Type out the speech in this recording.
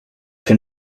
been